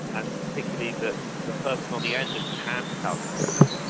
and particularly that the person on the end isn't hand-calculating.